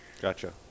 Gotcha